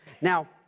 Now